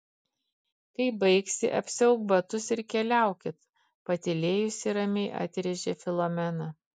kai baigsi apsiauk batus ir keliaukit patylėjusi ramiai atrėžė filomena